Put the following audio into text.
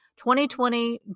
2020